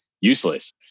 useless